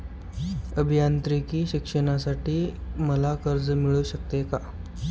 अभियांत्रिकी शिक्षणासाठी मला कर्ज मिळू शकते का?